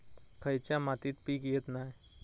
खयच्या मातीत पीक येत नाय?